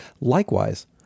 Likewise